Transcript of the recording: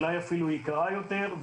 אולי אפילו יקרה יותר,